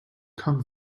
come